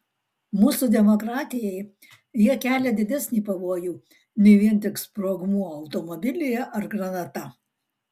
mūsų demokratijai jie kelia didesnį pavojų nei vien tik sprogmuo automobilyje ar granata